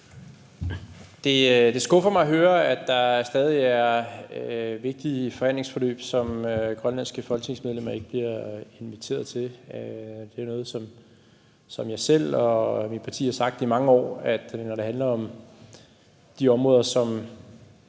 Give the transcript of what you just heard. Det skuffer mig at høre, at der stadig er vigtige forhandlingsforløb, som grønlandske folketingsmedlemmer ikke bliver inviteret til. Det er noget, som jeg selv og mit parti har sagt i mange år, at når det handler om de områder, som